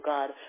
God